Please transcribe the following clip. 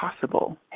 possible